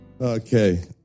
Okay